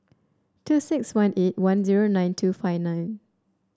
two six one eight one zero nine two five nine